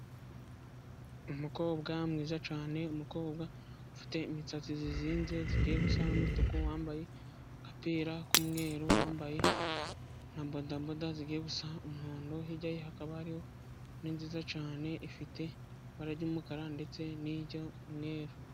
Umukobwa mwiza cyane umukobwa ufite imisatsi yizinze, igiye gusa n'umutuku, wambaye agapira k'umweru wambaye na bodaboda zigiye gusa umuhondo, hirya hakaba hariho inziza cyane ifite ibara ry 'umukara ndetse n'iyumweru.